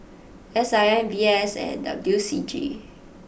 S I M V S and W C G